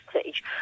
stage